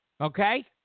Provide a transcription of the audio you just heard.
Okay